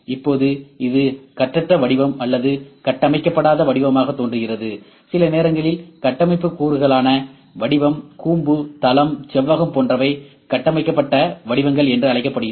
இப்போது இது கட்டற்ற வடிவம் அல்லது கட்டமைக்கப்படாத வடிவமாகத் தோன்றுகிறது சில நேரங்களில் கட்டமைப்பு கூறுகளான வட்டம் கூம்பு தளம் செவ்வகம் போன்றவை கட்டமைக்கப்பட்ட வடிவங்கள் என்று அழைக்கப்படுகின்றன